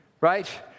Right